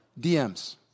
DMs